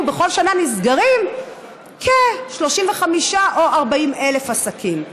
ובכל שנה נסגרים כ-35,000 או 40,000 עסקים.